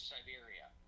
Siberia